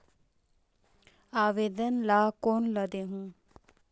आवेदन ला कोन ला देहुं?